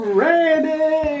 ready